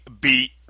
beat